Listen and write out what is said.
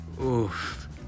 Oof